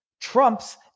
trumps